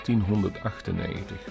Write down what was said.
1898